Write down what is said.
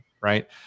Right